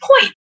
point